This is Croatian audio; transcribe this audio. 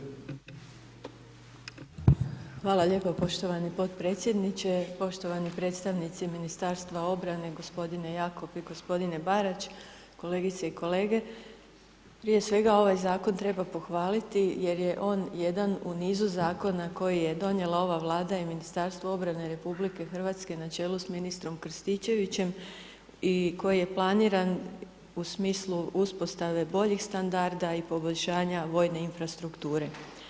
Hvala lijepo poštovani potpredsjedniče, poštovani predstavnici ministarstva obrane, gospodine Jakov i gospodine Barač kolegice i kolege, prije svega ovaj zakon treba pohvaliti jer je on jedan u nizu zakona koji je donijela ova vlada i Ministarstvo obrane RH načelu s ministrom Krstičevićem i koji je planiran u smislu uspostave boljih standarda i poboljšanja vojne infrastrukture.